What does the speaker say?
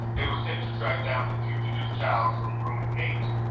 it was him to track down the fugitive child from room eight,